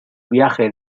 viaje